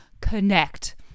connect